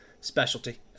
specialty